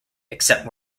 except